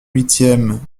huitième